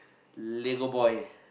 Lego boy